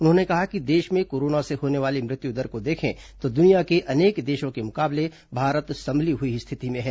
उन्होंने कहा कि देश में कोरोना से होने वाली मृत्युदर को देखें तो दुनिया के अनेक देशों के मुकाबले भारत संभली हुई स्थिति में है